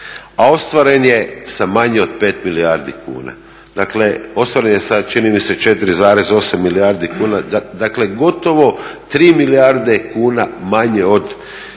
a ostvaren je sa manje od 5 milijardi kuna. Dakle, ostvaren je sa čini mi se 4,8 milijardi kuna. Dakle, gotovo 3 milijarde kuna manje od